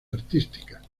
artísticas